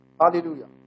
Hallelujah